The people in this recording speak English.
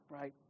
Right